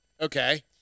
Okay